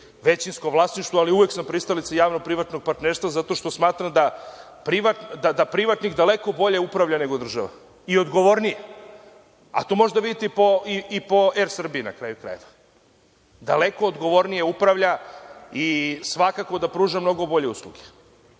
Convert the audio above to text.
većinsko vlasništvo, ali uvek sam pristalica javno-privatnog partnerstva, jer smatram da privatnik daleko bolje upravlja nego država i odgovornije, a to možete da vidite i po „Er Srbiji“, na kraju krajeva. Daleko odgovornije upravlja i svakako da pruža mnogo bolje usluge.